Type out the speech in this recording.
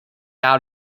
out